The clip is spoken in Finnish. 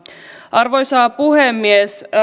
arvoisa puhemies